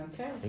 Okay